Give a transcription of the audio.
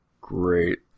great